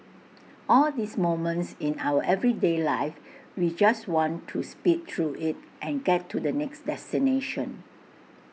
all these moments in our everyday life we just want to speed through IT and get to the next destination